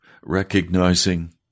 recognizing